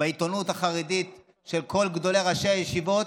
בעיתונות החרדית של כל גדולי ראשי הישיבות,